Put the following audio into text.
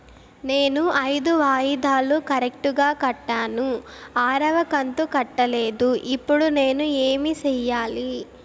నేను ఐదు వాయిదాలు కరెక్టు గా కట్టాను, ఆరవ కంతు కట్టలేదు, ఇప్పుడు నేను ఏమి సెయ్యాలి?